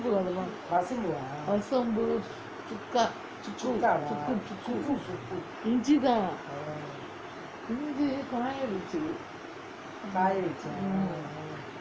வசம்பு அது லாம் வசம்பு:vasambu athu laam vasambu cuka சுக்கு சுக்கு இஞ்சி தான் இஞ்சி காய வச்சது:sukku sukku inji thaan kaaya vachathu